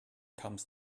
comes